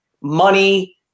money